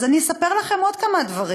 אז אספר לכם עוד כמה דברים.